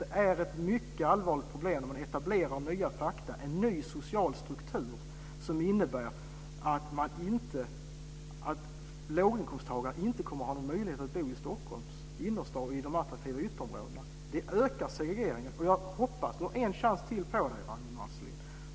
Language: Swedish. Det är ett mycket allvarligt problem och det etablerar nya fakta, en ny social struktur som innebär att låginkomsttagare inte kommer att ha en möjlighet att bo i Stockholms innerstad och i de attraktiva ytterområdena. Det ökar segregeringen. Ragnwi Marcelind har en chans till på sig.